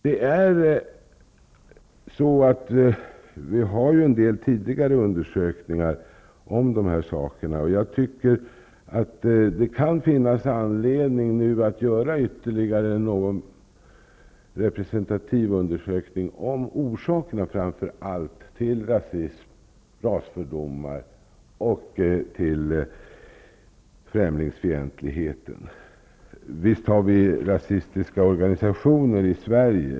Det har tidigare gjorts en del undersökningar om dessa saker, och jag menar att det nu kan finnas anledning att göra ytterligare någon representativ undersökning om framför allt orsakerna till rasism, rasfördomar och främlingsfientlighet. Visst har vi rasistiska organisationer i Sverige.